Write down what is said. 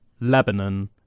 Lebanon